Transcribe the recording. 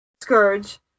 Scourge